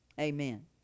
amen